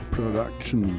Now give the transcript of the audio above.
Production